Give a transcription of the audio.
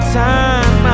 time